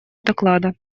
доклада